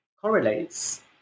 correlates